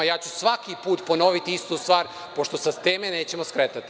Ja ću svaki put ponoviti istu stvar, pošto sa teme nećemo skretati.